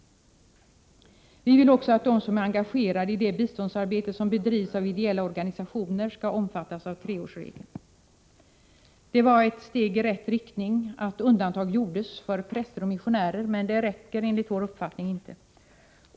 Vi vill också att de som är engagerade i det biståndsarbete som bedrivs av ideella organisationer skall omfattas av treårsregeln. Det var ett steg i rätt riktning att undantag gjordes för präster och missionärer, men det räcker enligt vår uppfattning inte.